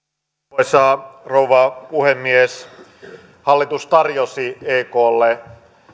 arvoisa rouva puhemies hallitus tarjosi eklle